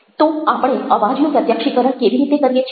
તો આપણે અવાજનું પ્રત્યક્ષીકરણ કેવી રીતે કરીએ છીએ